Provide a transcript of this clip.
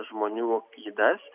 žmonių ydas